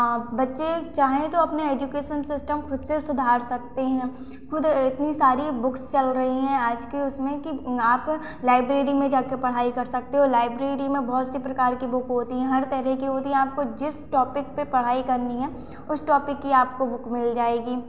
बच्चे चाहें तो अपना एजुकेशन सिस्टम खुद से सुधार सकते हैं खुद इतनी सारी बुक्स चल गई हैं आज के उसमें कि आप लाइब्रेरी में जाकर पढ़ाई कर सकते हैं लाइब्रेरी में बहुत से प्रकार की बुक होती हैं हर तरह की होती है आपको जिस भी टॉपिक में आपको जिस भी टॉपिक में पढ़ाई करनी है उस टॉपिक में बुक मिल जाएगी